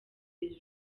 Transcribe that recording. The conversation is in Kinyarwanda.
iri